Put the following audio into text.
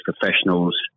professionals